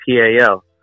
PAL